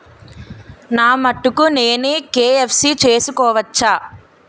నా మటుకు నేనే కే.వై.సీ చేసుకోవచ్చా?